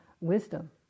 wisdom